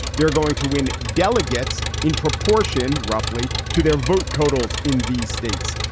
they're going to win delegates in proportion, roughly to their vote totals in these states.